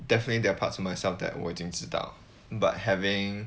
definitely there're parts of myself that 我已经知道 but having